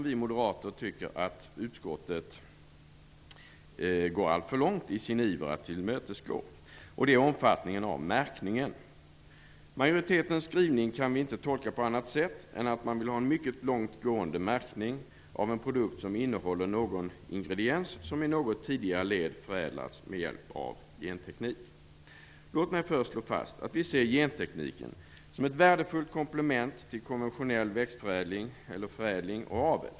Vi moderater tycker att utskottet går alltför långt i sin iver att tillmötesgå detta. Det gäller omfattningen av märkningen. Majoritetens skrivning kan vi inte tolka på annat sätt än att man vill ha en mycket långtgående märkning av en produkt som innehåller någon ingrediens som i något tidigare led förädlats med hjälp av genteknik. Låt mig först slå fast att vi ser gentekniken som ett värdefullt komplement till konventionell förädling och avel.